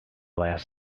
last